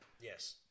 Yes